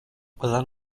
run